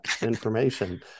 information